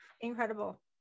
incredible